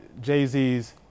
Jay-Z's